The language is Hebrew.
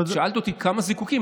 את שאלת אותי כמה זיקוקים,